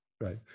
right